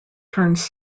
turns